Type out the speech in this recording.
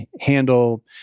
handle